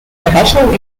berechnen